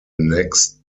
next